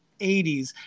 80s